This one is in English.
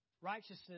righteousness